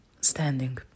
standing